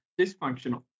dysfunctional